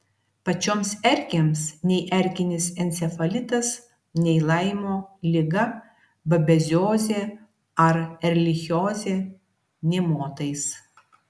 pačioms erkėms nei erkinis encefalitas nei laimo liga babeziozė ar erlichiozė nė motais